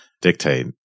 dictate